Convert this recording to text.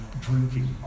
drinking